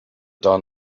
down